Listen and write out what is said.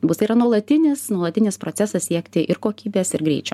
bustai yra nuolatinis nuolatinis procesas siekti ir kokybės ir greičio